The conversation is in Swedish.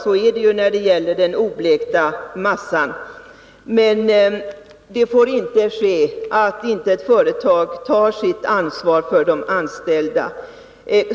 Så är det ju när det gäller den oblekta massan, men det får inte innebära att ett företag inte tar sitt ansvar för de anställda.